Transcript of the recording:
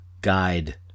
guide